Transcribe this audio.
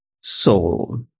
soul